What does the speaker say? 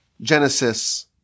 Genesis